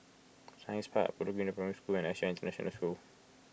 Science Park Bedok Green Primary School and S J I International School